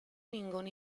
ningún